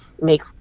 make